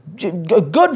good